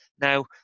Now